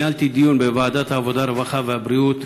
ניהלתי דיון בוועדת העבודה, הרווחה והבריאות